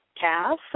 Cass